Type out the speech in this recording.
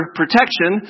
protection